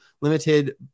limited